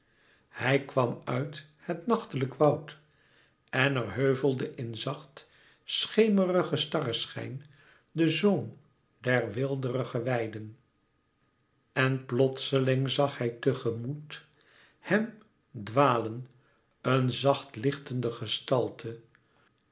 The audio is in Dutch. hij kwam uit het nachtelijk woud en er heuvelde in zacht schemerigen starrenschijn de zoom der weelderige weiden en plotseling zag hij te gemoet hem dwalen een zacht lichtende gestalte